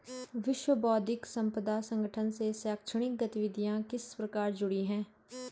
विश्व बौद्धिक संपदा संगठन से शैक्षणिक गतिविधियां किस प्रकार जुड़ी हैं?